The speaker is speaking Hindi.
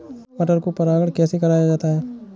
मटर को परागण कैसे कराया जाता है?